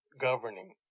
governing